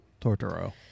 Tortoro